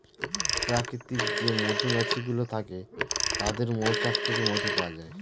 প্রাকৃতিক যে মধুমাছি গুলো থাকে তাদের মৌচাক থেকে মধু পাওয়া যায়